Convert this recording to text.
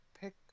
pick